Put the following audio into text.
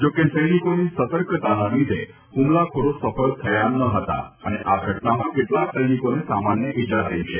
જો કે સૈનિકોની સતર્કતાના લીધે હુમલાખોરો સફળ થયા ન હતા અને આ ઘટનામાં કેટલાક સૈનિકોને સામાન્ય ઇજા થઇ છે